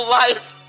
life